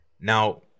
Now